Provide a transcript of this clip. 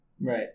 Right